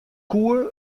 koe